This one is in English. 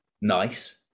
nice